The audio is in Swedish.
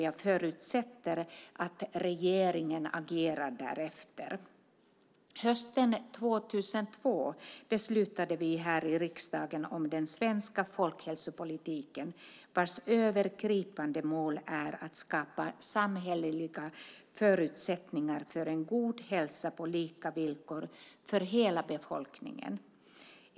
Jag förutsätter därför att regeringen agerar därefter. Hösten 2002 beslutade vi här i riksdagen om den svenska folkhälsopolitiken, vars övergripande mål är att skapa samhälleliga förutsättningar för en god hälsa på lika villkor för hela befolkningen.